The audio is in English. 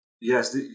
Yes